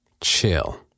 chill